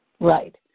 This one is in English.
Right